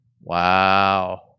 Wow